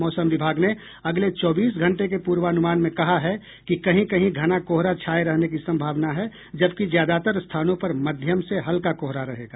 मौसम विभाग ने अगले चौबीस घंटे के पूर्वानुमान में कहा है कि कहीं कहीं घना कोहरा छाये रहने की सम्भावना है जबकि ज्यादातर स्थानों पर मध्यम से हल्का कोहरा रहेगा